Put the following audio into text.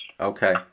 Okay